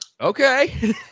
Okay